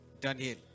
Daniel